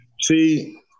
See